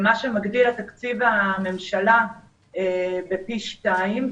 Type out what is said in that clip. מה שמגדיל את תקציב הממשלה פי שתיים.